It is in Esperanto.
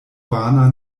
vana